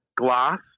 glass